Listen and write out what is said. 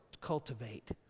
cultivate